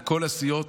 מכל הסיעות,